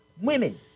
women